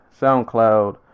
SoundCloud